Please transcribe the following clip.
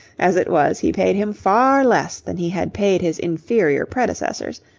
as it was, he paid him far less than he had paid his inferior predecessors,